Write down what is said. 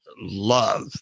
love